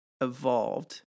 evolved